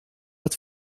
het